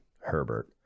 herbert